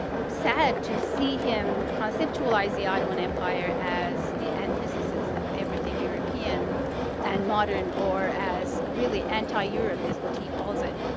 sad to see him conceptualize the ottoman empire as the antithesis of everything european and modern or as really anti-europe is what he calls it,